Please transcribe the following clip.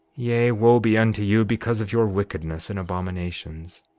yea, wo be unto you because of your wickedness and abominations!